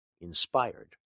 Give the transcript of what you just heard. inspired